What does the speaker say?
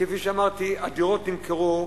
כפי שאמרתי, הדירות נמכרו,